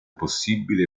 possibile